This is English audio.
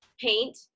paint